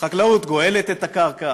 החקלאות גואלת את הקרקע.